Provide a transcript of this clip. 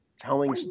telling